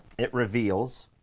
it reveals,